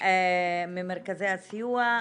ממרכזי הסיוע,